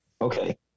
Okay